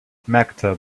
maktub